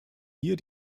hier